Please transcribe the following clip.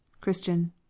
CHRISTIAN